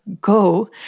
go